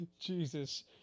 Jesus